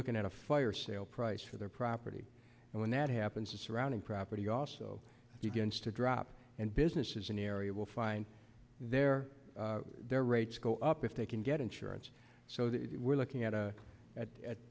looking at a fire sale price for their property and when that happens the surrounding property also begins to drop and businesses in the area will find their rates go up if they can get insurance so that we're looking at a at